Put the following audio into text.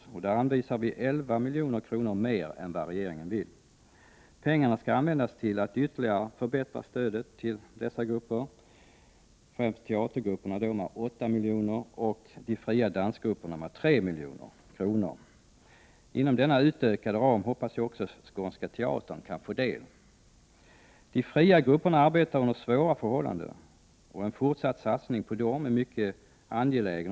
Där föreslår vi satsningar om 11 milj.kr. mer än vad regeringen anslår. Pengarna skall användas till ytterligare förbättringar av stödet till de här grupperna — främst till teatergrupperna med 8 milj.kr. och till de fria dansgrupperna med 3 milj.kr. Inom denna utökade ram hoppas jag att också Skånska teatern kan få ett utrymme. De fria grupperna arbetar under svåra förhållanden. En fortsatt satsning på dessa är någonting som är mycket angeläget.